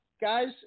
guys